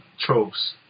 tropes